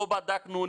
לא בדקנו,